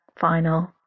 final